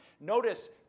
notice